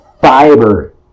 fiber